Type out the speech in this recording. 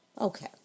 Okay